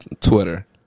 Twitter